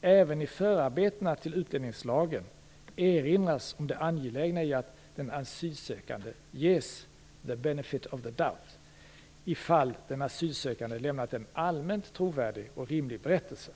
Även i förarbetena till utlänningslagen erinras om det angelägna i att den asylsökande ges the benefit of the doubt ifall den asylsökande har lämnat en allmänt trovärdig och rimlig berättelse.